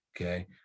okay